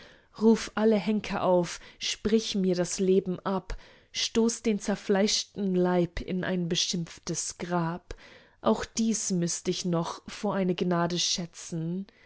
ruf alle henker auf sprich mir das leben ab stoß den zerfleischten leib in ein beschimpftes grab auch dieses müßt ich noch vor eine gnade schätzen